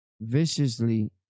viciously